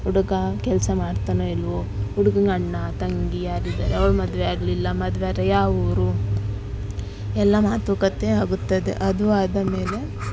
ಹುಡುಗ ಕೆಲಸ ಮಾಡ್ತಾನೋ ಇಲ್ಲವೋ ಹುಡುಗಂಗೆ ಅಣ್ಣ ತಂಗಿ ಯಾರಿದ್ದಾರೆ ಅವ್ರ ಮದುವೆ ಆಗಲಿಲ್ಲ ಮದುವೆ ಆದರೆ ಯಾವ ಊರು ಎಲ್ಲ ಮಾತುಕತೆ ಆಗುತ್ತದೆ ಅದು ಆದ ಮೇಲೆ